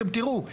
אתם תראו,